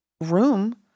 room